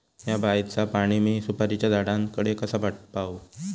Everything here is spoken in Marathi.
हया बायचा पाणी मी सुपारीच्या झाडान कडे कसा पावाव?